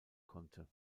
konnte